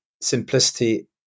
simplicity